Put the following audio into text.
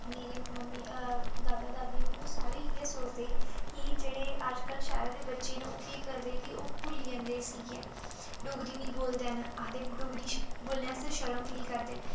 मेरे मम्मी मेरे दादा दादी न ओह् सारे इ'यै सोचदे की जेह्ड़े अज्जकल शैह्रा दे बच्चे न ओह् केह् करदे की ओह् भु'ल्ली जन्दे इसी गै डोगरी निं बोलदे हैन आखदे डोगरी बोलने आस्तै शर्म फील करदे